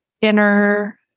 inner